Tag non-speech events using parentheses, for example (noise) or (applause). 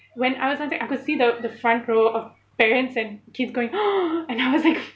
when I was on stage I could see the the front row of parents and kids going (noise) and I was like